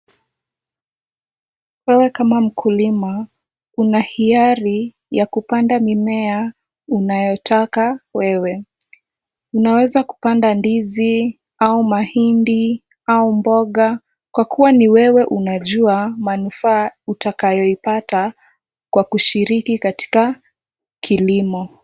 Wewe kama mkulima, una hiyari ya kupanda mimea unayotaka wewe. Unaweza kupanda ndizi au mahindi au mboga kwa kuwa ni wewe unajua manufaa utakayoipata kwa kushiriki katika kilimo.